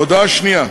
הודעה שנייה,